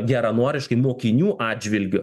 geranoriškai mokinių atžvilgiu